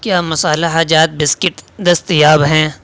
کیا مصالحہ جات بسکٹ دستیاب ہیں